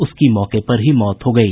उसकी मौके पर ही मौत हो गयी